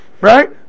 Right